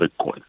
Bitcoin